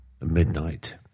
midnight